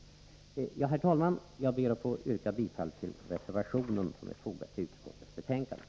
Herr talman! Jag ber att få yrka bifall till den reservation som är fogad till utskottsbetänkandet.